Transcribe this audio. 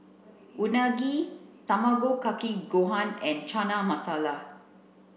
Unagi Tamago Kake Gohan and Chana Masala